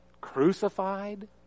Crucified